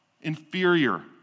inferior